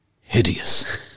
hideous